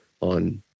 on